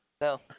No